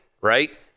right